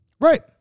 Right